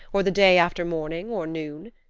or the day after morning or noon?